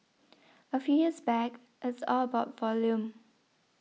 a few years back it's all about volume